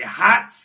hot